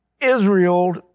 Israel